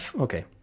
Okay